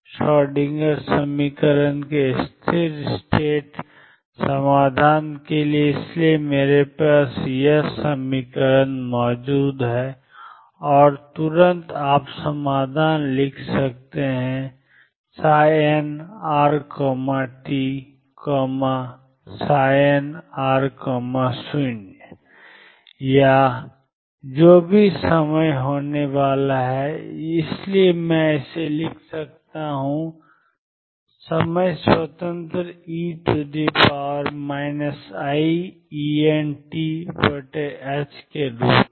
Schrodinger समीकरण के स्थिर राज्य समाधान के लिए इसलिए मेरे पास iℏdndtEnn है और तुरंत आप समाधान लिख सकते हैं कि nrt nr0 या जो भी समय होने वाला है इसलिए मैं इसे लिख सकता हूं समय स्वतंत्र e iEnt के रूप में